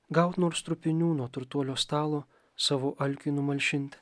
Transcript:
gaut nors trupinių nuo turtuolio stalo savo alkiui numalšinti